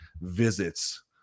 visits